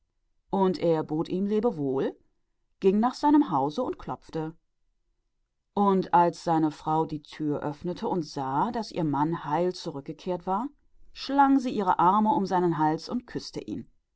und er bot ihm ein gott zum gruß und ging in sein haus und klopfte und als sein weib die tür öffnete und sah daß ihr mann heil zurückgekehrt war schlang sie ihm die arme um den hals und küßte ihn